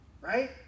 right